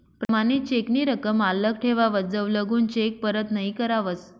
प्रमाणित चेक नी रकम आल्लक ठेवावस जवलगून चेक परत नहीं करावस